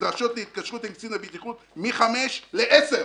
הנדרשות להתקשרות עם קצין הבטיחות מ-5 ל-10.